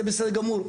ואלה, זה בסדר גמור.